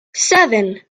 seven